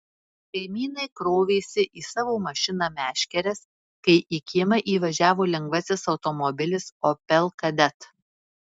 kaimynai krovėsi į savo mašiną meškeres kai į kiemą įvažiavo lengvasis automobilis opel kadett